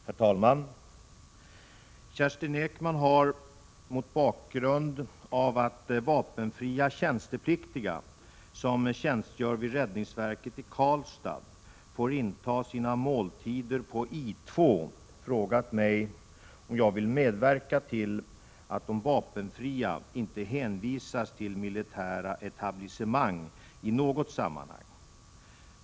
Herr talman! Kerstin Ekman har — mot bakgrund av att vapenfria tjänstepliktiga som tjänstgör vid räddningsverket i Karlstad får inta sina måltider på I 2 — frågat mig om jag vill medverka till att de vapenfria inte hänvisas till militära etablissemang i något sammanhang.